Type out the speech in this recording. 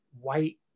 white